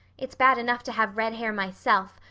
it's bad enough to have red hair myself,